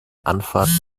anfahrt